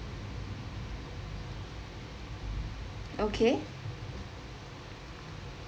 okay